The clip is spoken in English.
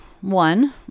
one